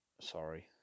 sorry